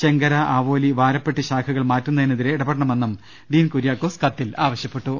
ചെങ്കര ആവോലി വാരപ്പെട്ടി ശാഖകൾ മാറ്റുന്നതിനെതിരെ ഇടപെട ണമെന്നും ഡീൻ കുര്യാക്കോസ് കത്തിൽ ആവശ്യപ്പെട്ടു